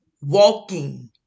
walking